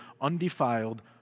undefiled